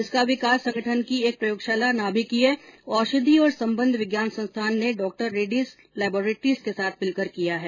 इसका विकास संगठन की एक प्रयोगशाला नाभिकीय औषधि और संबद्ध विज्ञान संस्थान ने डॉक्टर रेड्डीज लेब्रोरिटीज के साथ मिलकर किया है